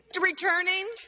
returning